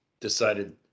decided